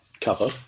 cover